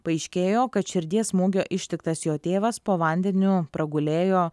paaiškėjo kad širdies smūgio ištiktas jo tėvas po vandeniu pragulėjo